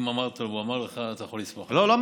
אם אמרת והוא אמר לך, אתה יכול לסמוך עליו.